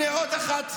הינה, הינה עוד אחת.